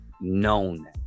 known